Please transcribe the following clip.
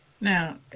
Now